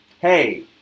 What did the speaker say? Hey